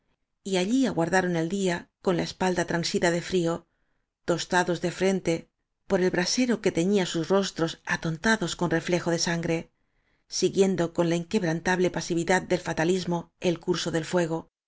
y allí aguardaron el día con la espalda transida de frío tostados de frente por el brasero que teñía sus rostros atontados con reflejos de sangre siguiendo con la inque brantable pasividad del fatalismo el curso del fuego